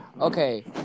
okay